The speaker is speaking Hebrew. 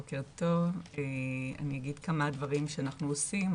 בוקר טוב, אני אגיד כמה דברים שאנחנו עושים.